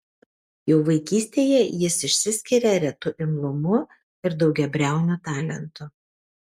jau vaikystėje jis išsiskiria retu imlumu ir daugiabriauniu talentu